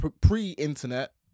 pre-internet